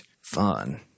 fun